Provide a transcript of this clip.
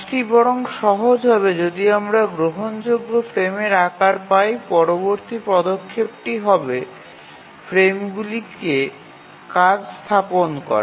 কাজটি বরং সহজ হবে যদি আমরা গ্রহণযোগ্য ফ্রেমের আকার পাই পরবর্তী পদক্ষেপটি হবে ফ্রেমগুলিতে কাজ স্থাপন করা